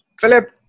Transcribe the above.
Philip